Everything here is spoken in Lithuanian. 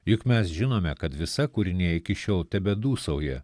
juk mes žinome kad visa kūrinija iki šiol tebedūsauja